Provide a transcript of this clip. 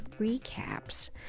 recaps